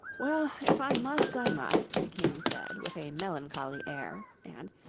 well, if i must, i must the king said, with a melancholy air, and,